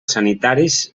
sanitaris